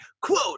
Quote